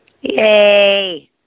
Yay